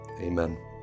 Amen